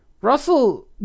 Russell